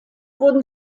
wurden